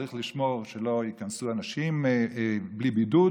צריך לשמור שלא ייכנסו אנשים בלי בידוד,